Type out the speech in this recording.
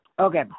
Okay